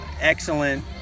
excellent